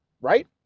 right